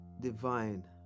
divine